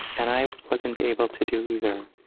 and i wasn't able to do either.